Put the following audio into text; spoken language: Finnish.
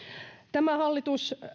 tämä hallitus